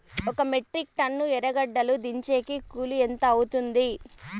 ఒక metric ton ఎర్రగడ్డలు దించేకి కూలి ఎంత అవుతుంది?